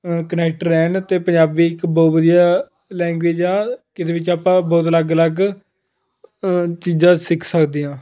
connect ਰਹਿਣ ਅਤੇ ਪੰਜਾਬੀ ਇੱਕ ਬਹੁਤ ਵਧੀਆ ਲੈਂਗੁਏਜ ਆ ਕਿ ਇਹਦੇ ਵਿੱਚ ਆਪਾਂ ਬਹੁਤ ਅਲੱਗ ਅਲੱਗ ਚੀਜ਼ਾਂ ਸਿੱਖ ਸਕਦੇ ਹਾਂ